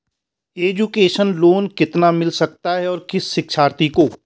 Education loan कितना मिल सकता है और किस शिक्षार्थी को?